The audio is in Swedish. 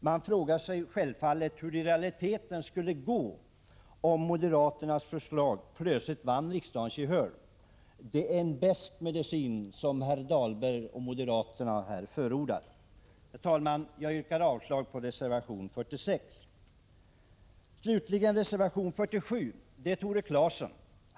Man frågar sig hur det i realiteten skulle gå om moderaternas förslag vann riksdagens gehör. Det är en besk medicin som herr Dahlberg och moderaterna här förordar. Jag yrkar avslag på reservation 46. Så kommer jag till reservation 47 av Tore Claeson.